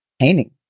painting